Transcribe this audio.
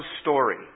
story